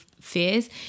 fears